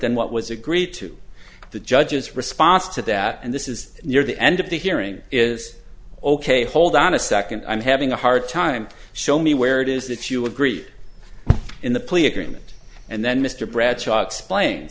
than what was agreed to the judge's response to that and this is near the end of the hearing is ok hold on a second i'm having a hard time show me where it is that you agree in the plea agreement and then mr bradshaw explain